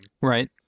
Right